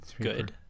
good